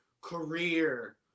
career